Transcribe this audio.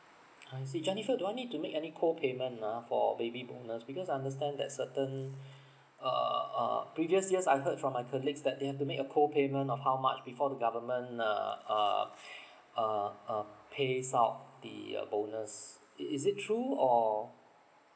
I see jennifer do I need to make any co payment ah for baby bonus because I understand that certain uh uh previous years I heard from my colleagues that they have to make a co payment of how much before the government uh uh uh uh pays out the uh bonus it is it true or